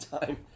time